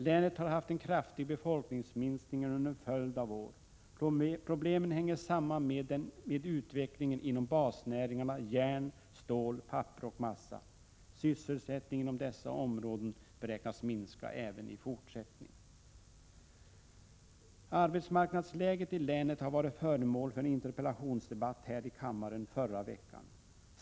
Länet har haft kraftig befolkningsminskning under en följd av år. Problemen hänger samman med utvecklingen inom basnäringarna järn, stål, papper och massa. Sysselsättningen inom dessa områden beräknas minska även i fortsättningen. Arbetsmarknadsläget i länet var föremål för en interpellationsdebatt här i kammaren förra veckan.